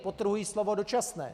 Podtrhuji slovo dočasné.